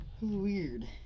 Weird